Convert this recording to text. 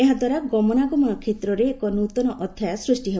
ଏହାଦ୍ୱାରା ଗମନାଗମନ କ୍ଷେତ୍ରରେ ଏକ ନୂତନ ଅଧ୍ୟାୟ ସୃଷ୍ଟି ହେବ